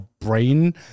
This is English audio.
brain